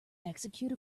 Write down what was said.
execute